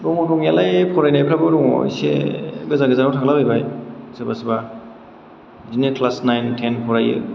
दङ दंनायालाय फरायनायफ्राबो दङ इसे गोजान गोजानाव थांला बाइबाय सोरबा सोरबा बिदिनो क्लास नाइन थेन फरायो